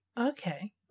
Okay